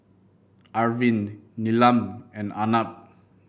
Arvind Neelam and Arnab